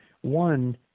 one